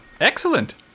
excellent